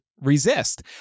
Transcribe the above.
resist